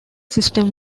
system